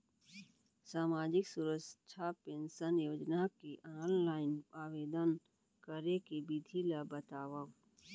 सामाजिक सुरक्षा पेंशन योजना के ऑनलाइन आवेदन करे के विधि ला बतावव